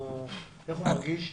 איך הוא מרגיש?